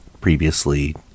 previously